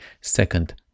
second